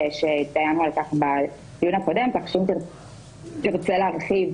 --- שהתדיינו על כך בדיון הקודם כך שאם תרצה להרחיב,